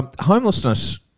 Homelessness